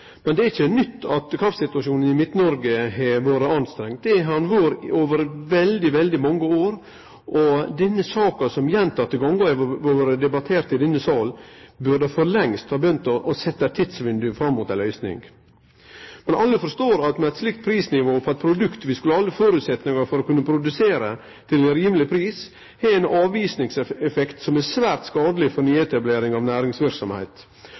Men det er ikkje nytt at kraftsituasjonen i Midt-Noreg har vore anstrengd. Det har han vore over veldig, veldig mange år. Denne saka, som gjentekne gonger har vore debattert i denne salen, burde for lengst ha begynt å sjå eit tidsvindauge fram mot ei løysing. Men alle forstår at eit slikt prisnivå på eit produkt vi skulle ha alle føresetnader for å produsere til ein rimeleg pris, har ein avvisningseffekt som er svært skadeleg for nyetablering av